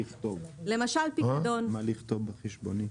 מה לכתוב בחשבונית?